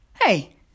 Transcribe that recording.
Hey